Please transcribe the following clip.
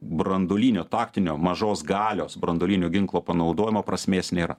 branduolinio taktinio mažos galios branduolinio ginklo panaudojimo prasmės nėra